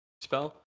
spell